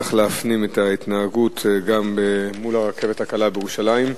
שנצליח להפנים את ההתנהגות גם מול הרכבת הקלה בירושלים.